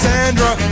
Sandra